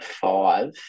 five